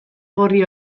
gorri